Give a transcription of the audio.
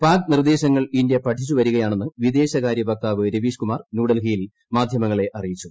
പാക് നിർദ്ദേശങ്ങൾ ഇന്ത്യ പഠിച്ചു വരികയാണെന്ന് വിദേശകാര്യവക്താവ് രവീഷ്കുമാർ ന്യൂഡൽഹിയിൽ മാധ്യമങ്ങളെ അറിയിച്ചു